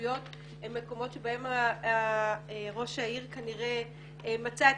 ההתנגשויות הם מקומות בהם ראש העיר כנראה מצא את